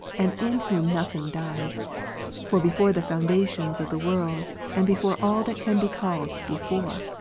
and. in whom nothing dies for before the foundation of the worlds, and before all that can be called before,